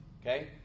Okay